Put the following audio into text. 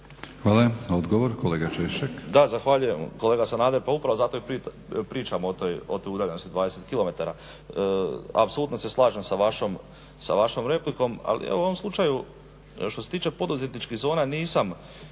Hvala. Odgovor kolega Klarić.